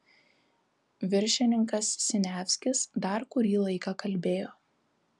viršininkas siniavskis dar kurį laiką kalbėjo